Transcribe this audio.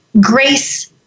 grace